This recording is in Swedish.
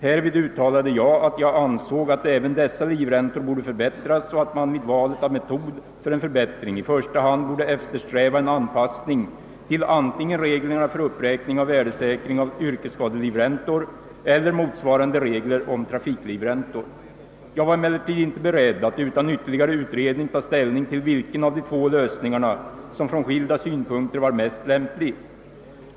Härvid uttalade jag att jag ansåg att även dessa livräntor borde förbättras och att man vid valet av metod för en förbättring i första hand borde eftersträva en anpassning till antingen reglerna för uppräkning och värdesäkring av yrkesskadelivräntor eller motsvarande regler om trafiklivräntor. Jag var emellertid inte beredd att utan ytterligare utredning ta ställning till vilken av de två lösningarna som från skilda synpunkter var mest lämplig.